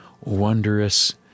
wondrous